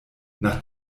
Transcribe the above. nach